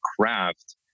craft